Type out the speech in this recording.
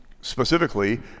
specifically